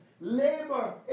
Labor